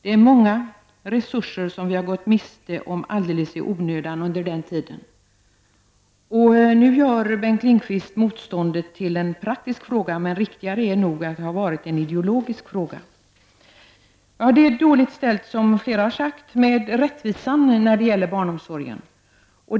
Vi har under den tiden gått miste om många resurser alldeles i onödan. Nu gör Bengt Lindqvist motståndet till en praktisk fråga, men riktigare är nog att det har varit en ideologisk fråga. Det är, som flera talare har sagt, dåligt ställt med rättvisan när det gäller barnomsorgen.